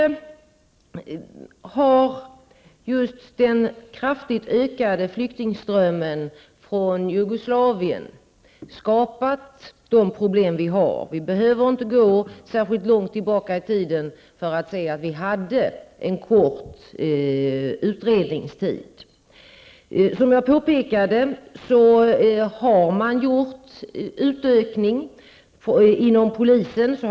Just den kraftigt ökande flyktingströmmen från Jugoslavien har skapat de problem som vi nu har. Vi behöver inte gå särskilt långt tillbaka i tiden för att se att vi hade en kort utredningstid. Som jag påpekade har man nu gjort en utökning inom polisen.